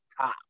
top